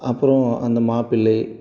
அப்புறம் அந்த மாப்பிள்ளை